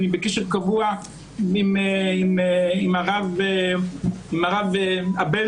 אני בקשר קבוע עם הרב אבלסקי,